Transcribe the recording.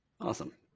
Awesome